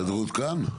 ההסתדרות כאן?